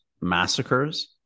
massacres